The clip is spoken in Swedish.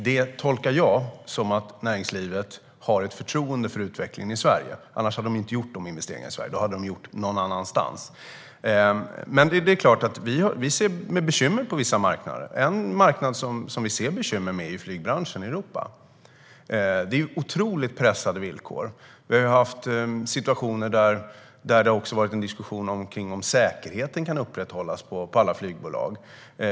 Det tolkar jag som att näringslivet har förtroende för utvecklingen i Sverige. Annars hade de inte gjort de här investeringarna i Sverige; då hade de gjort dem någon annanstans. Men det är klart att vi ser bekymmer på vissa marknader. En marknad som vi ser bekymmer med är flygbranschen i Europa. Det är otroligt pressade villkor. Vi har haft situationer där det har varit en diskussion om huruvida säkerheten kan upprätthållas i alla flygbolag.